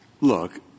look